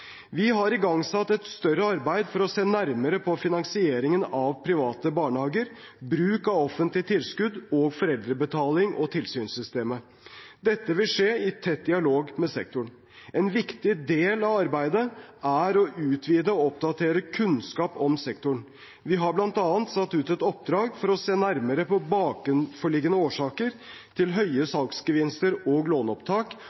Vi har igangsatt et større arbeid for å se nærmere på finansieringen av private barnehager, bruk av offentlige tilskudd og foreldrebetaling, og tilsynssystemet. Dette vil skje i tett dialog med sektoren. En viktig del av arbeidet er å utvide og oppdatere kunnskap om sektoren. Vi har bl.a. satt ut et oppdrag for å se nærmere på bakenforliggende årsaker til høye